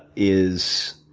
is